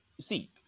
see